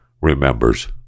remembers